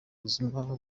buzima